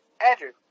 Andrew